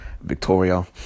victoria